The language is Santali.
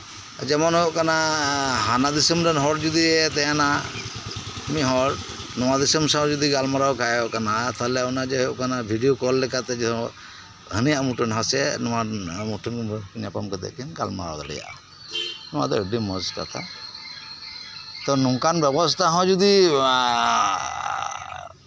ᱡᱮᱢᱚᱱ ᱦᱳᱭᱳᱜ ᱠᱟᱱᱟ ᱦᱟᱱᱟ ᱫᱤᱥᱚᱢ ᱨᱮᱱ ᱦᱚᱲ ᱡᱩᱫᱤ ᱛᱟᱦᱮᱱᱟ ᱢᱤᱫ ᱦᱚᱲ ᱱᱚᱶᱟ ᱫᱤᱥᱚᱢ ᱥᱟᱞᱟᱜ ᱡᱩᱫᱤ ᱜᱟᱞᱢᱟᱨᱟᱣ ᱛᱟᱦᱮᱸᱣᱟᱠᱟᱱᱟ ᱛᱟᱞᱦᱮ ᱫᱚ ᱚᱱᱟ ᱵᱷᱤᱰᱤᱭᱳ ᱠᱚᱞ ᱞᱮᱠᱟ ᱡᱮᱱᱚ ᱦᱟᱱᱤᱭᱟᱜ ᱢᱩᱴᱷᱟᱹᱱ ᱦᱚᱸᱥᱮ ᱱᱩᱭᱟᱜ ᱢᱩᱴᱷᱟᱹᱱ ᱦᱚᱸ ᱧᱟᱯᱟᱢ ᱠᱟᱛᱮ ᱠᱤᱱ ᱜᱟᱞᱢᱟᱨᱟᱣ ᱫᱟᱲᱮᱭᱟᱜᱼᱟ ᱱᱚᱶᱟ ᱫᱚ ᱟᱰᱤ ᱢᱚᱸᱡᱽ ᱠᱟᱛᱷᱟ ᱛᱚ ᱱᱚᱝᱠᱟᱱ ᱵᱮᱵᱚᱥᱛᱷᱟ ᱦᱚᱸ ᱡᱩᱫᱤ ᱮᱸᱫ